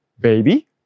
baby